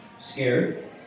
scared